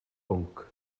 bwnc